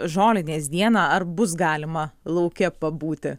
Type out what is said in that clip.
žolinės dieną ar bus galima lauke pabūti